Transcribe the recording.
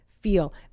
feel